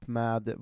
med